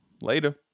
Later